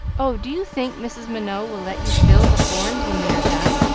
oh, do you think mrs. minot will let you fill the horns when they are done?